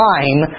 Time